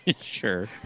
Sure